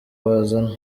bazana